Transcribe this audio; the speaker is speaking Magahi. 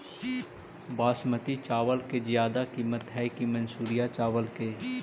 बासमती चावल के ज्यादा किमत है कि मनसुरिया चावल के?